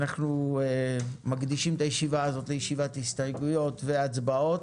אנחנו מקדישים את הישיבה הזו להסתייגויות ולהצבעות.